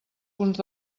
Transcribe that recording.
punts